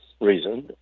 reason